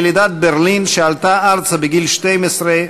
ילידת ברלין שעלתה ארצה בגיל 12,